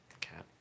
cat